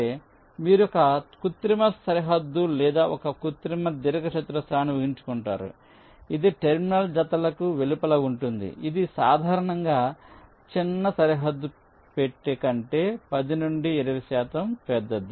ఇక్కడ మీరు ఒక కృత్రిమ సరిహద్దు లేదా ఒక కృత్రిమ దీర్ఘచతురస్రాన్ని ఊహించుకుంటారు ఇది టెర్మినల్ జతలకు వెలుపల ఉంటుంది ఇది సాధారణంగా చిన్న సరిహద్దు పెట్టె కంటే 10 నుండి 20 శాతం పెద్దది